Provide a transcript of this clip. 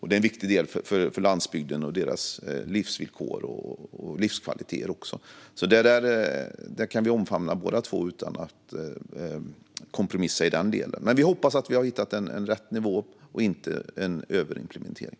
Det är en viktig del för landsbygden och dess livsvillkor och livskvaliteter. Det kan vi omfamna båda två utan att kompromissa i den delen. Vi hoppas att vi har hittat rätt nivå och inte en överimplementering.